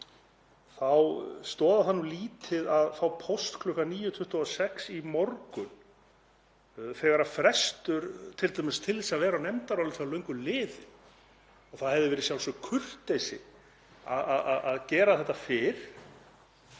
þá stoðar nú lítið að fá póst kl. 9.26 í morgun þegar frestur til þess að vera á nefndaráliti er löngu liðinn. Það hefði verið sjálfsögð kurteisi að gera þetta fyrr.